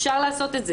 אפשר לעשות את זה.